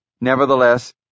Nevertheless